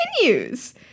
continues